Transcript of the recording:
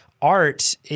art